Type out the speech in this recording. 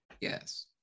yes